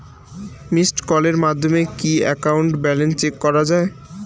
Missed কলের মাধ্যমে কি একাউন্ট ব্যালেন্স চেক করা যায়?